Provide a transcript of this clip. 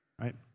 right